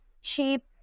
shape